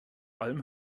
alm